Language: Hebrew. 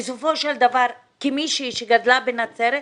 בסופו של דבר כמישהי שגדלה בנצרת,